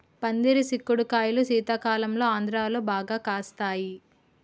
పందిరి సిక్కుడు కాయలు శీతాకాలంలో ఆంధ్రాలో బాగా కాస్తాయి